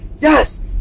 yes